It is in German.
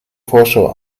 vorschau